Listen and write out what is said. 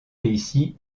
ici